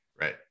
Right